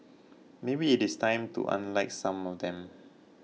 maybe it is time to unlike some of them